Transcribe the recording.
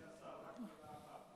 אדוני השר, רק מלה אחת.